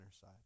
side